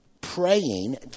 praying